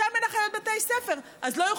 שם אין אחיות בתי ספר,